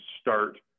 start